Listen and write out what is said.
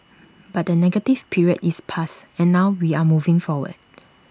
but the negative period is past and now we are moving forward